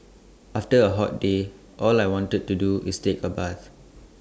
after A hot day all I want to do is take A bath